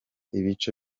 ibice